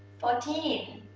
fourteen.